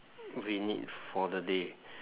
we need for the day